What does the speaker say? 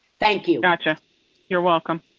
thank you. gotcha you're welcome.